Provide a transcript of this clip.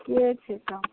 ठिके छै तब